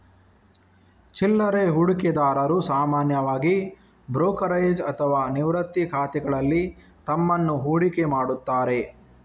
ಚಿಲ್ಲರೆ ಹೂಡಿಕೆದಾರರು ಸಾಮಾನ್ಯವಾಗಿ ಬ್ರೋಕರೇಜ್ ಅಥವಾ ನಿವೃತ್ತಿ ಖಾತೆಗಳಲ್ಲಿ ತಮ್ಮನ್ನು ಹೂಡಿಕೆ ಮಾಡುತ್ತಾರೆ